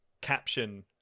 caption